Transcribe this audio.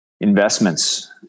investments